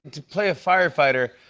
to play a firefighter,